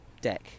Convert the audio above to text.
deck